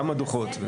כמה דוחות.